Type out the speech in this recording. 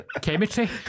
Chemistry